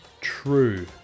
True